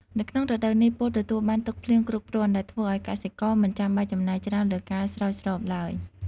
នៅក្នុងរដូវនេះ ពោតទទួលបាន ទឹកភ្លៀងគ្រប់គ្រាន់ ដែលធ្វើឱ្យកសិករមិនចាំបាច់ចំណាយច្រើនលើការស្រោចស្រពឡើយ។